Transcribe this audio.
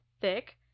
thick